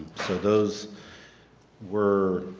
so those were